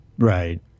Right